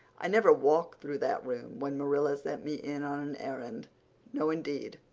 i never walked through that room when marilla sent me in on an errand no, indeed,